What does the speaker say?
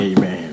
Amen